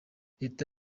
leta